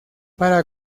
para